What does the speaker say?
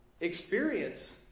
Experience